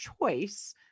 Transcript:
choice